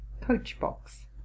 coach-box